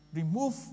remove